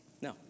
No